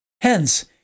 Hence